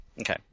Okay